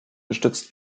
gestützt